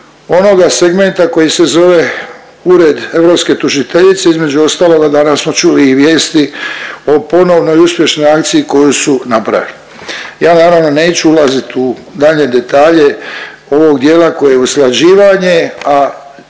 onoga segmenta koji se zove Ured europske tužiteljice, između ostaloga danas smo čuli i vijesti o ponovnoj i uspješnoj akciji koju su napravili. Ja naravno neću ulazit u daljnje detalje ovog dijela koje je usklađivanje,